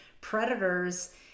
predators